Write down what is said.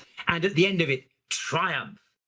and at the end of it triumph.